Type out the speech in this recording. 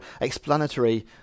explanatory